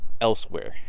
elsewhere